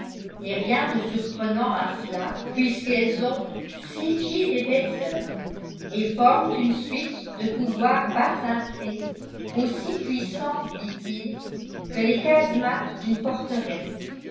et rien de surprenant à cela puisqu'elles ont six pieds d'épaisseur et forment une suite de couloirs bas cintrés aussi puissants dit-il que les casemates d'une forteresse